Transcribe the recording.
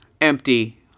empty